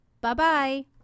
Bye-bye